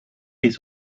his